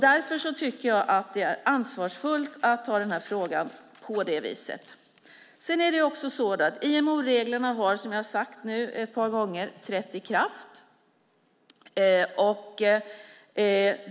Därför tycker jag att det är ansvarsfullt att hantera den här frågan på det viset. IMO-reglerna har, som jag sagt ett par gånger, trätt i kraft.